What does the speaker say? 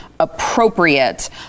appropriate